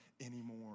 anymore